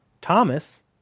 Thomas